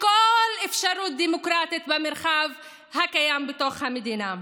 כל אפשרות דמוקרטית במרחב הקיים בתוך המדינה.